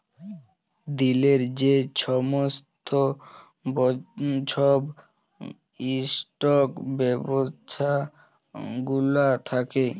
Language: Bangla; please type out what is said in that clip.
দিলের যে ছময় ছব ইস্টক ব্যবস্থা গুলা থ্যাকে